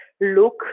look